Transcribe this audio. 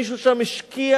מישהו שם השקיע